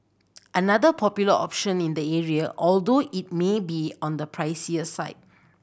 another popular option in the area although it may be on the pricier side